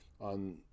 on